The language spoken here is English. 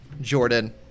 Jordan